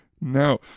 No